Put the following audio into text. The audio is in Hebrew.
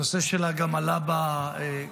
הנושא שלה עלה גם בקבינט,